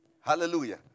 Hallelujah